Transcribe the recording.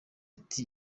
ati